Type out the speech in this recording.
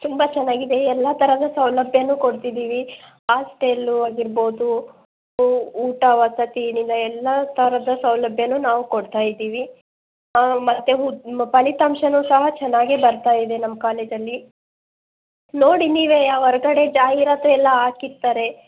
ತುಂಬ ಚೆನ್ನಾಗಿದೆ ಎಲ್ಲ ಥರದ ಸೌಲಭ್ಯನೂ ಕೊಡ್ತಿದ್ದೀವಿ ಹಾಸ್ಟೆಲ್ಲು ಆಗಿರ್ಬೋದು ಊ ಊಟ ವಸತಿ ನಿಲಯ ಎಲ್ಲ ಥರದ ಸೌಲಭ್ಯನೂ ನಾವು ಕೊಡ್ತಾ ಇದ್ದೀವಿ ಮತ್ತು ಹು ಫಲಿತಾಂಶನೂ ಸಹ ಚೆನ್ನಾಗೆ ಬರ್ತಾ ಇದೆ ನಮ್ಮ ಕಾಲೇಜಲ್ಲಿ ನೋಡಿ ನೀವೇ ಹೊರಗಡೆ ಜಾಹೀರಾತು ಎಲ್ಲ ಹಾಕಿರ್ತಾರೆ